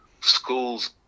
schools